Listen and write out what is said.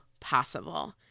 possible